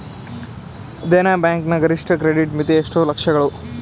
Dena bank ನ ಗರಿಷ್ಠ credit ಮಿತಿ ಎಷ್ಟು ಲಕ್ಷಗಳು?